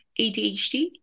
adhd